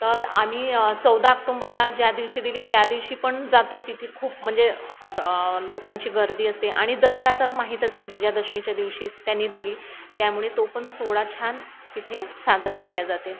तर आम्ही चौदा आक्टोंबरला ज्या दिवशी दिली त्या दिवशी पण जातो तिथे खूप म्हणजे र लोकांची गर्दी असते आणि दसरा तर माहीतच आहे विजयादशमीच्या दिवशी त्यानी दिली त्यामुळे तो पण सोहळा छान तिथे साजरा केला जातो